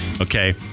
Okay